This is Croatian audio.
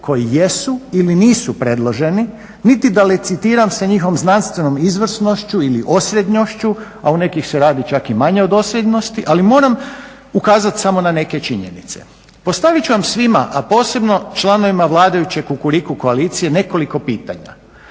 koji jesu ili nisu predloženi, niti da licitiram sa njihovom znanstvenom izvrsnošću ili osrednjošću, a u nekih se radi čak i manje od osrednjosti, ali moram ukazat samo na neke činjenice. Postavit ću vam svima, a posebno članovima vladajuće Kukuriku koalicije nekoliko pitanja,